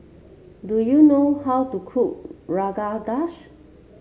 do you know how to cook Rogan Josh